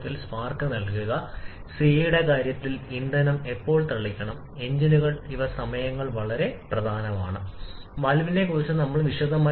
എന്നാൽ തീർച്ചയായും അത് അനുയോജ്യമായ ചക്രത്തെ ദുർബലപ്പെടുത്താൻ കഴിയില്ല കാരണം ഇത് അനുയോജ്യമായ ചക്രം മാത്രമാണ് ഇത് ആശയപരമായ ഡയഗ്രം ചെയ്യാൻ നമ്മളെ അനുവദിച്ചു